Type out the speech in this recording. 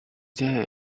there